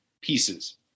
pieces